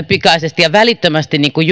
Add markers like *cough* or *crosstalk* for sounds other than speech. *unintelligible* pikaisesti ja välittömästi niin kuin *unintelligible*